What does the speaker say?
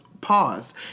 pause